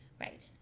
right